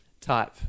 type